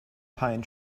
pine